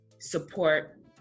support